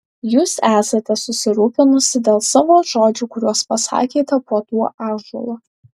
jūs esate susirūpinusi dėl savo žodžių kuriuos pasakėte po tuo ąžuolu